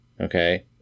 okay